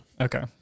okay